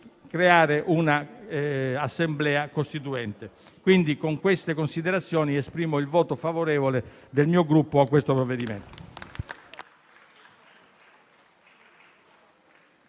creare una Assemblea costituente. Quindi, con queste considerazioni, esprimo il voto favorevole del Gruppo al provvedimento